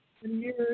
years